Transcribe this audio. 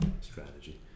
strategy